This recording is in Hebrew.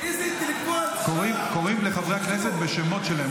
איזה אינטלקטואל --- קוראים לחברי הכנסת בשמות שלהם,